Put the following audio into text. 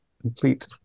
complete